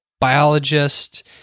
biologist